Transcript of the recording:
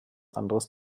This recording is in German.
anderes